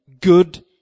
good